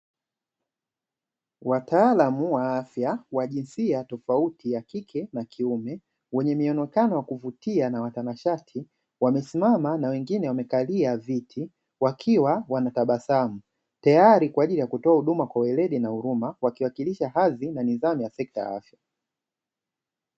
Wataalamu wa afya wa jinsia tofauti ya kike na kiume wenye mionekano ya kuvutia na watanashati, wamesimama na wengine wamekalia viti wakiwa wanatabasamu, tayari kwa ajili ya kutoa huduma kwa weredi na huruma wakiwakilisha hadhi na nidhamu ya sekta ya afya.